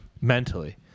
Mentally